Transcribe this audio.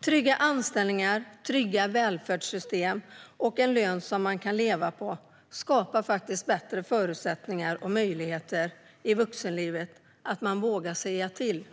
Trygga anställningar, trygga välfärdssystem och en lön som man kan leva på skapar bättre förutsättningar och möjligheter i vuxenlivet så att man vågar säga till